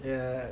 ya